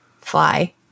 fly